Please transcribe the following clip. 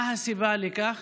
מה הסיבה לכך?